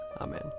Amen